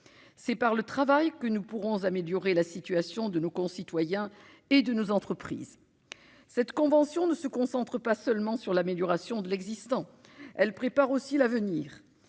c'est par le travail que nous pourrons améliorer la situation de nos concitoyens et de nos entreprises, cette convention ne se concentre pas seulement sur l'amélioration de l'existant, elle prépare aussi l'avenir